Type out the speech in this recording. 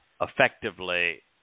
effectively